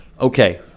Okay